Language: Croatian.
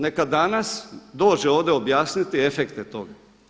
Neka danas dođe ovdje objasniti efekte toga.